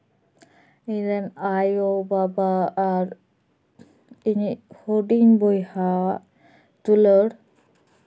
ᱤᱧᱨᱮᱱ ᱟᱭᱚ ᱵᱟᱵᱟ ᱟᱨ ᱤᱧᱤᱧ ᱦᱩᱰᱤᱧ ᱵᱚᱭᱦᱟ ᱫᱩᱞᱟᱹᱲ